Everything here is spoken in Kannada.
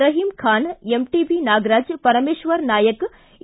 Rahim Khan MTB Nagaraj Parameshwara Naik E